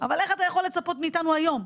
אבל איך אתה יכול לצפות מאיתנו היום,